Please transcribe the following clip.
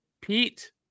Pete